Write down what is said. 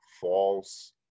false